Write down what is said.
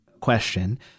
question